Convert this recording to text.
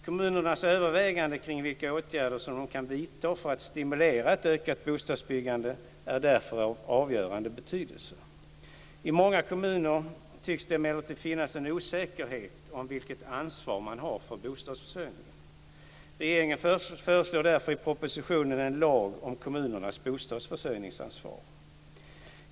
Kommunernas överväganden kring vilka åtgärder som de kan vidta för att stimulera ett ökat bostadsbyggande är därför av avgörande betydelse. I många kommuner tycks det emellertid finnas en osäkerhet om vilket ansvar man har för bostadsförsörjningen. Regeringen föreslår därför i propositionen en lag om kommunernas bostadsförsörjningsansvar.